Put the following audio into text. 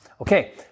Okay